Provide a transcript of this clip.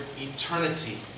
eternity